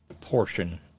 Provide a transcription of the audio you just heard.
portion